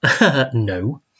no